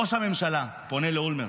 ראש הממשלה פונה לאולמרט: